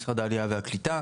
משרד העלייה והקליטה.